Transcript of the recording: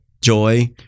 Joy